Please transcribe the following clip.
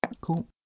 Cool